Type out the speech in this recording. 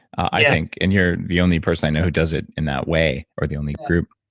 i think, and you're the only person i know who does it in that way or the only group.